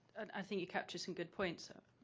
and i think you capture some good points.